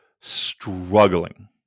struggling